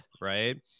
right